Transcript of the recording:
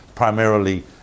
Primarily